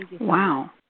Wow